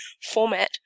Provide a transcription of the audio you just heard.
format